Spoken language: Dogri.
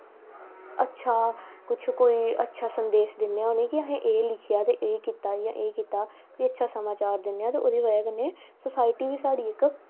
अच्छा कुछ कोई अच्छा संदेश दिन्ने आं उनें कि असें एह् लिखेआ ते एह् कीता ते एह् कीता अच्छा समाचार दिन्ने आं ते ओह्दी बजह कन्नै सोसाईटी बी साढ़ी इक